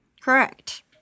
Correct